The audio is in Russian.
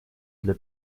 для